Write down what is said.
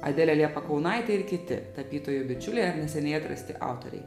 adelė liepa kaunaitė ir kiti tapytojų bičiuliai ar neseniai atrasti autoriai